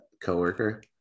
coworker